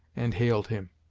and hailed him.